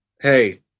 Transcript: Hey